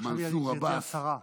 מנסור עבאס,